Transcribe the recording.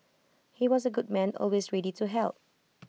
he was A good man always ready to help